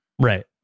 Right